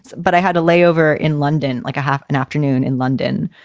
but i had a layover in london like a half an afternoon in london.